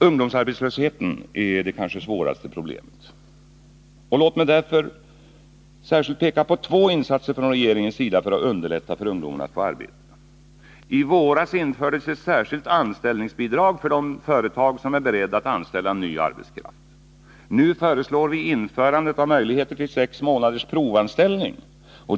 Ungdomsarbetslösheten är det kanske svåraste problemet. Låt mig här särskilt peka på två insatser från regeringens sida för att underlätta för ungdomen att få arbete. I våras infördes ett särskilt anställningsbidrag för de företag som är beredda att anställa ny arbetskraft. Nu föreslår vi införandet av möjligheter till sex månaders provanställning.